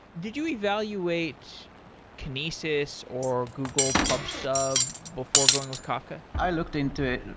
did you evaluate kinesis or google pub sub before going with kafka? i looked into it.